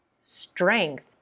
strength